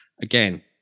again